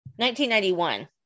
1991